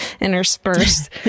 interspersed